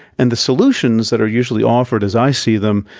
and the solutions that are usually offered, as i see them,